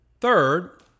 Third